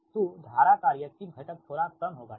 तो धारा का रिएक्टिव घटक थोड़ा कम होगा ठीक